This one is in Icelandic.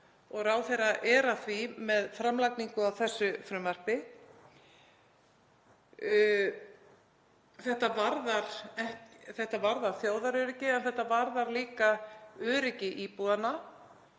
Ráðherra er að því með framlagningu á þessu frumvarpi. Þetta varðar þjóðaröryggi en varðar líka öryggi íbúanna.